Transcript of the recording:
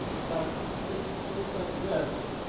but it looks like this,